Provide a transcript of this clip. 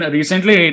Recently